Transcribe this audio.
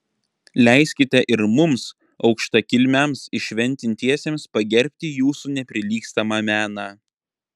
leiskite ir mums aukštakilmiams įšventintiesiems pagerbti jūsų neprilygstamą meną